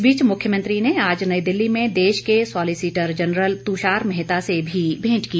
इस बीच मुख्यमंत्री ने आज नई दिल्ली में देश के सॉलिसिटर जनरल तुषार मेहता से भी भेंट की